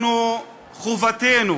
אנחנו, חובתנו